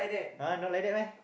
!huh! not like that meh